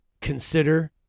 consider